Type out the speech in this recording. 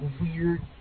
weird